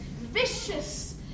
vicious